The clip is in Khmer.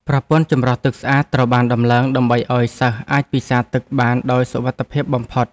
ប្រព័ន្ធចម្រោះទឹកស្អាតត្រូវបានតម្លើងដើម្បីឱ្យសិស្សអាចពិសាទឹកបានដោយសុវត្ថិភាពបំផុត។